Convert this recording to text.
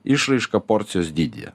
išraiška porcijos dydyje